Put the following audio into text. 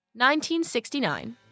1969